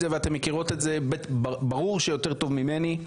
זה ואתן מכירות את זה ברור שיותר טוב ממני,